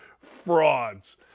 Frauds